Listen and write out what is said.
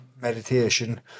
meditation